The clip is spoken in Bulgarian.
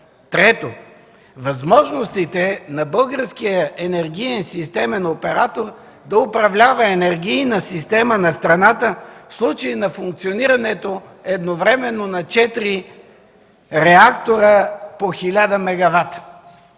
3. Възможностите на българския Енергиен системен оператор да управлява енергийна система на страната в случай на функционирането едновременно на четири реактора по 1000